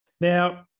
Now